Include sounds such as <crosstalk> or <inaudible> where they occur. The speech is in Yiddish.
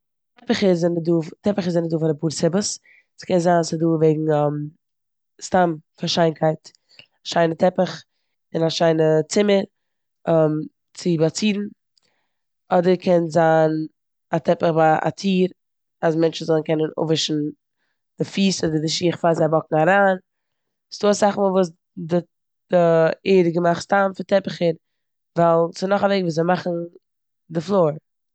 <unintelligible> זענען דא- טעפיכער זענען דא פאר אפאר סיבות. ס'קען זיין ס'איז דא וועגן <hesitation> סתם פאר שיינקייט, שיינע טעפוך אין א שיינע צומער, <hesitation> צו באצירן. אדער קען זיין א טעפוך ביי א טיר אז מענטשן זאלן קענען אפווישן די פיס אדער די שיך פאר זיי וואקן אריין. ס'דא אסאך מאל וואס די- די ערד איז געמאכט סתם פון טעפוכער ווייל ס'נאך א וועג וויאזוי מאכן די פלאר.